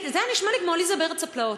זה נשמע לי כמו "עליסה בארץ הפלאות".